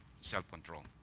self-control